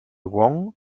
wong